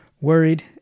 worried